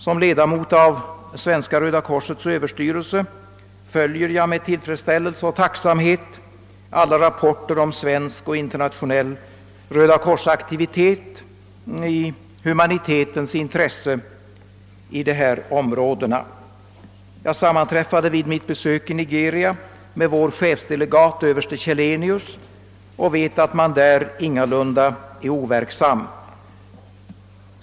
Som ledamot av Svenska röda korsets överstyrelse följer jag med tillfredsstäl lelse och tacksamhet alla rapporter om svensk och internationell rödakorsaktivitet i humanitetens intresse i dessa områden. Jag sammanträffade vid mitt besök i Nigeria med vår chefsdelegat, överste Källenius, och vet att man där ingalunda är overksam.